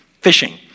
fishing